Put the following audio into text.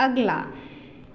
अगला